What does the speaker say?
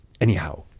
Anyhow